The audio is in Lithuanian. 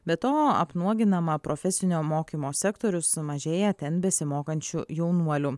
be to apnuoginama profesinio mokymo sektorius sumažėja ten besimokančių jaunuolių